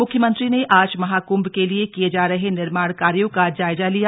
मुख्यमंत्री ने आज महाकृंम के लिए किये जा रहे निर्माण कार्यों का जायजा लिया